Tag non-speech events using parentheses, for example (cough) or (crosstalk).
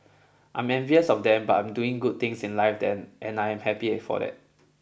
I'm envious of them but I'm doing good things in life (noise) and I am happy for that